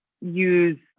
use